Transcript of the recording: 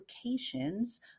applications